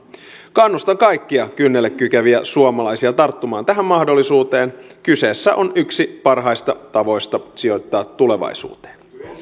kannustan kaikkia kynnelle kykeneviä suomalaisia tarttumaan tähän mahdollisuuteen kyseessä on yksi parhaista tavoista sijoittaa tulevaisuuteen